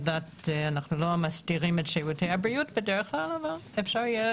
אנו לא מסדירים את שירותי הבריאות בדרך כלל אבל אפשר יהיה